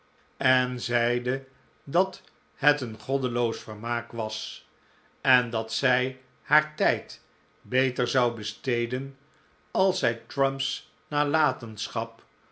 en zeide dat het een goddeloos vermaak was en dat zij haar tijd beter zou besteden als zij thrump's nalatenschap